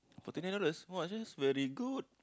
for twenty dollars !wah! that's very good